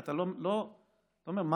אתה אומר,